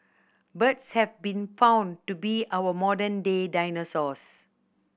birds have been found to be our modern day dinosaurs